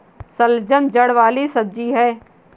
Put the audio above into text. शलजम जड़ वाली सब्जी है